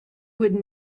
would